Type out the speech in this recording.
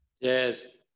Yes